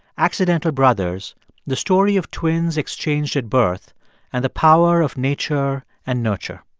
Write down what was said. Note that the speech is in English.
accidental brothers the story of twins exchanged at birth and the power of nature and nurture.